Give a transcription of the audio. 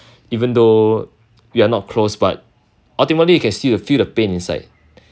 even though we are not close but ultimately you can see feel the pain inside